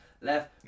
left